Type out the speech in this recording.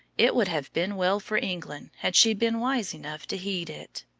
it would have been well for england had she been wise enough to heed it.